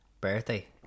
birthday